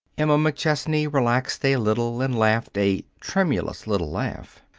emma mcchesney relaxed a little and laughed a tremulous little laugh.